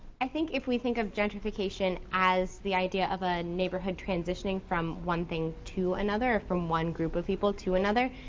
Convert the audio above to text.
i think if we think of gentrification as the idea of a neighborhood transitioning from one thing to another, or from one group of people to another,